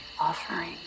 offering